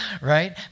right